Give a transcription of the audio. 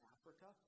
Africa